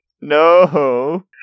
No